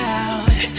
out